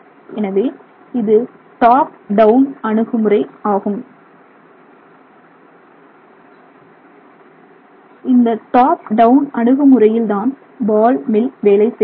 எனவே இது top down அணுகுமுறை ஆகும் இந்த டாப் டவுன் அணுகுமுறையில் தான் பால் மில் வேலை செய்கிறது